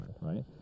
right